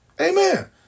Amen